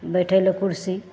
बैठै लए कुर्सी